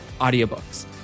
audiobooks